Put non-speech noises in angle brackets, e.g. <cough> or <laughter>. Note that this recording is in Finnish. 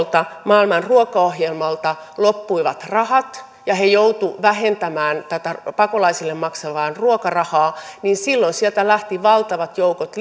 maailman ruokaohjelmalta loppuivat rahat ja he joutuivat vähentämään tätä pakolaisille maksettavaa ruokarahaa lähti valtavat joukot <unintelligible>